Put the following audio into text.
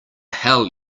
hell